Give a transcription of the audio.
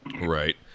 Right